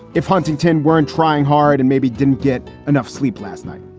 if huntington weren't trying hard and maybe didn't get enough sleep last night.